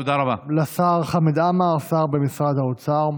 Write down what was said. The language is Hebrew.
תודה רבה לשר חמד עמאר, שר במשרד האוצר.